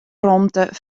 romte